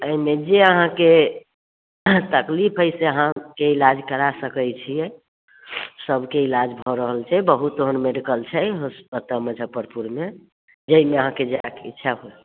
एहिमे जे अहाँके तकलीफ अइ से अहाँके ईलाज करा सकैत छियै सभके ईलाज भऽ रहल छै बहुत ओहन मेडिकल छै होस ओतऽ मुजफ्फरपुरमे जाहिमे अहाँके जायके इच्छा हुए